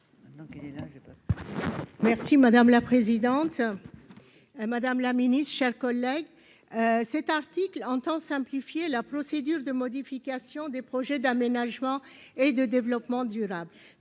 Madame la présidente, madame la ministre, mes chers collègues, cet article tend à simplifier la procédure de modification des projets d'aménagement et de développement durable.